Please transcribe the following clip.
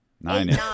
Nine